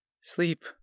Sleep